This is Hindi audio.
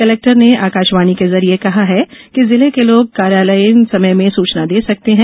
कलेक्टर ने आकाशवाणी के जैरिए कहा है कि जिले के लोग कार्यालयीन समय में सुचना दे सकते हैं